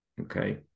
okay